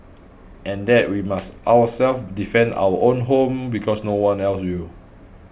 and that we must ourselves defend our own home because no one else will